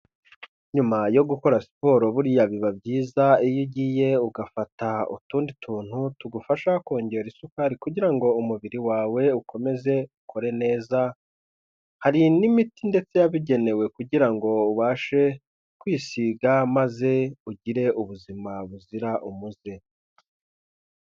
Nyuma yo gukora siporo buriya biba byiza, iyo ugiye ugafata utundi tuntu, tugufasha kongera isukari, kugira ngo umubiri wawe ukomeze ukore neza, hari n'imiti ndetse yabigenewe kugira ngo ubashe kwisiga, maze ugire ubuzima buzira umuze.